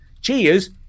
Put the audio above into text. Cheers